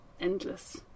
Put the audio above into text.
endless